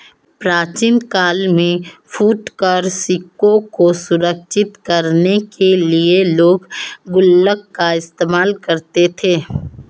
प्राचीन काल में फुटकर सिक्कों को सुरक्षित करने के लिए लोग गुल्लक का इस्तेमाल करते थे